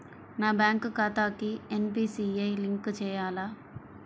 నా బ్యాంక్ ఖాతాకి NPCI link చేయాలా?